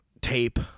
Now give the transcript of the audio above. tape